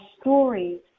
stories